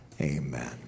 amen